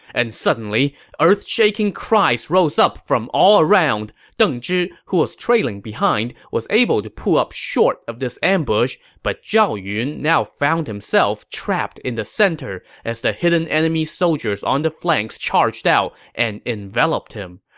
and suddenly, earth-shaking cries rose up from all around. deng zhi, who was trailing behind, was able to pull up short of this ambush, but zhao yun now found himself trapped in the center as the hidden enemy soldiers on the flanks charged out and enveloped him.